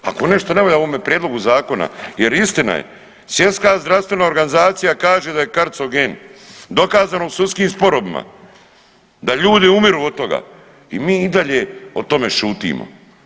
Ako nešto ne valja u ovome prijedlogu zakona jer istina je Svjetska zdravstvena organizacija kaže da je karcogen dokazano u sudskim sporovima da ljudi umiru od toga i mi i dalje o tome šutimo.